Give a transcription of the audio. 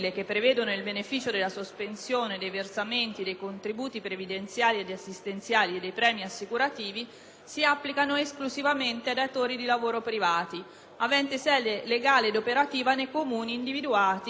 si applicano esclusivamente ai datori di lavoro privati aventi sede legale ed operativa nei comuni individuati da ordinanze di protezione civile». In ordine a ciò sta accedendo che INPS e INPDAP,